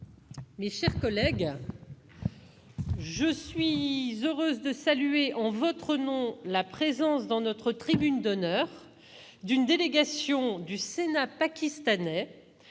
Mes chers collègues, je suis heureuse de saluer en votre nom la présence, dans notre tribune d'honneur, d'une délégation du Sénat pakistanais,